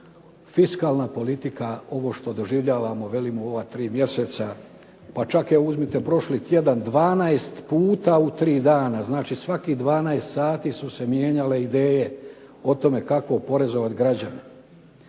Fiskalna politika, ovo što doživljavamo velim u ova tri mjeseca, pa čak evo uzmite prošli tjedan, 12 puta u tri dana, znači svakih 12 sati su se mijenjale ideje o tome kako oporezovat građane.